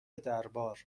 دربار